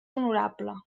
honorable